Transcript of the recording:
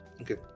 Okay